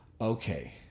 okay